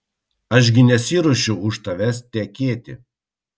aš gi nesiruošiu už tavęs tekėti